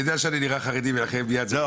אני יודע שאני נראה חרדי ולכן מיד זה --- לא,